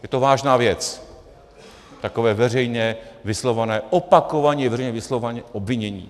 Je to vážná věc, takové veřejně vyslovované, opakovaně veřejně vyslovované obvinění.